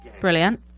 brilliant